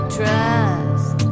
trust